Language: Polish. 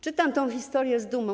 Czytam tę historię z dumą.